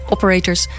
Operators